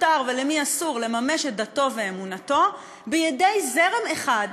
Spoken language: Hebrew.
ולמי אסור לממש את דתו ואמונתו, בידי זרם אחד?